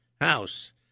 house